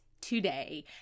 today